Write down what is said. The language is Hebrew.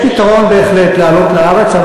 יש פתרון בהחלט לעלות לארץ,